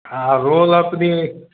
আর roll আপনি